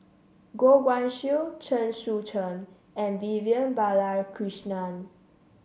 Goh Guan Siew Chen Sucheng and Vivian Balakrishnan